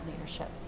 leadership